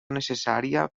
necessària